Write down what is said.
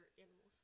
animals